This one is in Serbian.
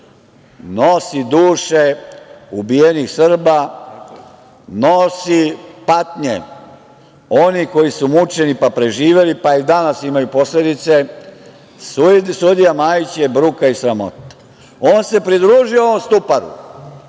nosi duše ubijenih Srba, nosi patnje onih koji su mučeni, pa preživeli, pa i danas imaju posledice. Sudija Majić je bruka i sramota. On se pridružio onom Stuparu,